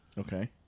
Okay